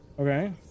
Okay